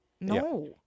No